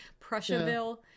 Prussiaville